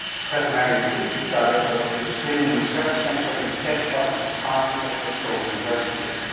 professor marian pitts is director of the australian research centre in sex health and society at la trobe university.